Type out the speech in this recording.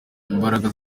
imbaraga